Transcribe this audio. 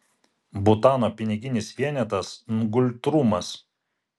butano piniginis vienetas ngultrumas